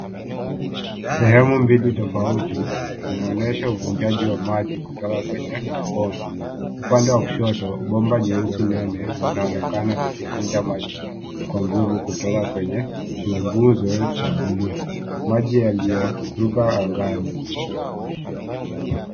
Sehemu mbili tofauti zinaonyesha uvujaji wa maji kutoka kwenye mabomba. Upande wa kushoto, bomba jeusi nene linaonekana likivuja maji kwa nguvu kutoka kwenye kiunguzo cha buluu. Maji yaliyoruka angani.